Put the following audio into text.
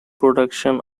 production